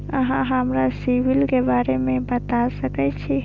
अहाँ हमरा सिबिल के बारे में बता सके छी?